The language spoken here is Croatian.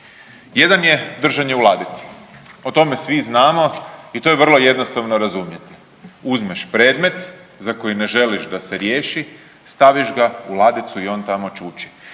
Jedan je držanje u ladici, o tome svi znamo i to je vrlo jednostavno razumjeti. Uzmeš predmet za koji ne želiš da se riješi, staviš ga u ladici i on tamo čuči,